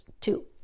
two